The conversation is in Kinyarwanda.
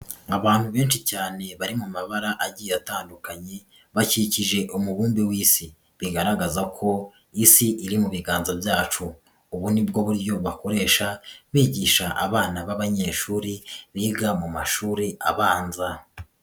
abantu benshi cyane bari mu mabara agiye atandukanye bakikije umubumbe w'Isi, bigaragaza ko Isi iri mu biganza byacu, ubu ni bwo buryo bakoresha bigisha abana b'abanyeshuri biga mu mashuri abanza.